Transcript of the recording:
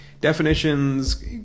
Definitions